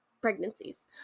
pregnancies